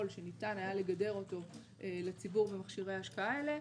שניתן היה לגדר אותו לציבור במכשירי ההשקעה האלה,